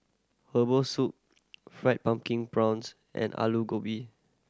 herbal soup Fried Pumpkin Prawns and Aloo Gobi